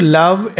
love